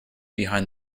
behind